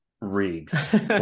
rigs